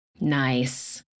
Nice